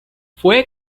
fue